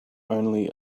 only